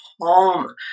home